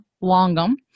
longum